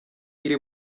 iri